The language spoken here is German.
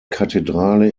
kathedrale